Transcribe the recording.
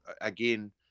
again